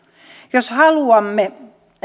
jos haluamme